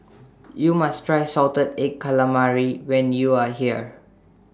YOU must Try Salted Egg Calamari when YOU Are here